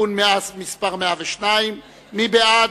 (תיקון מס' 102). מי בעד?